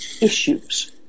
issues